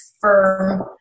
firm